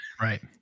Right